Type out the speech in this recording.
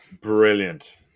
brilliant